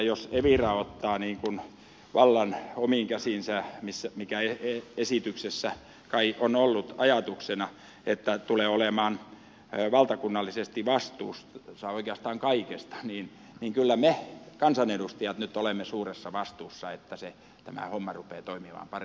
jos evira ottaa vallan omiin käsiinsä esityksessä kai on ollut ajatuksena että se tulee olemaan valtakunnallisesti vastuussa oikeastaan kaikesta niin kyllä me kansanedustajat nyt olemme suuressa vastuussa että tämä homma rupee toimivan pari